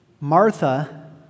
Martha